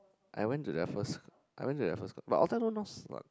I went to their first I went to their first but after no